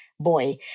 boy